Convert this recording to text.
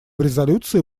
резолюции